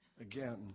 again